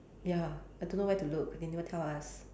ya I don't know where to look they never tell us